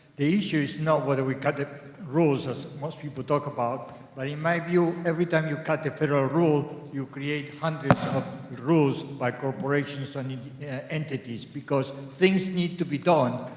the issue is not whether we cut the rules, as most people talk about, but in my view, every time you cut the federal rule, you create hundreds of rules by corporations, and i mean entities, because things need to be done,